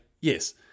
yes